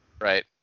Right